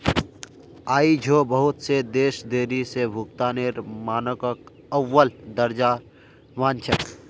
आई झो बहुत स देश देरी स भुगतानेर मानकक अव्वल दर्जार मान छेक